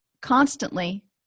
constantly